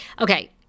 okay